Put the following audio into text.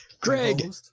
Greg